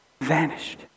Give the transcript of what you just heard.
vanished